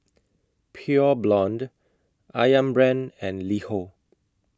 Pure Blonde Ayam Brand and LiHo